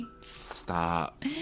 Stop